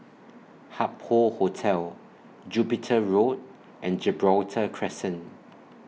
Hup Hoe Hotel Jupiter Road and Gibraltar Crescent